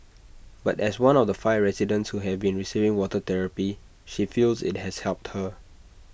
but as one of the five residents who have been receiving water therapy she feels IT has helped her